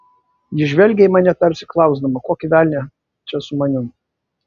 ji žvelgė į mane tarsi klausdama kokį velnią čia sumaniau